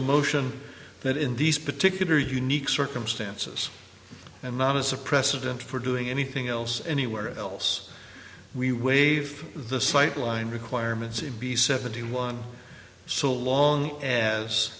a motion that in these particular unique circumstances and not as a precedent for doing anything else anywhere else we waive the sightline requirements to be seventy one so long as